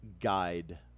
guide